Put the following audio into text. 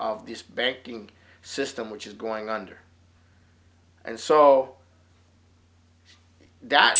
of this banking system which is going under and so that's